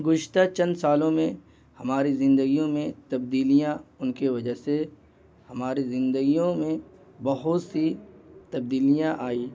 گذشتہ چند سالوں میں ہماری زندگیوں میں تبدیلیاں ان کی وجہ سے ہماری زندگیوں میں بہت سی تبدیلیاں آئی